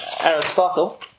Aristotle